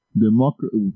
democracy